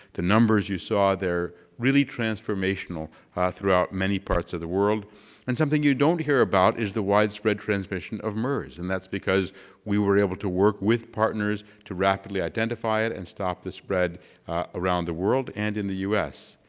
the numbers you saw there, really transformational throughout many parts of the world and something you don't hear about is the widespread transmission of mers and that's because we were able to work with partners to rapidly identify it and stop the spread around the world and in the us.